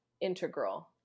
integral